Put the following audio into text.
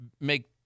make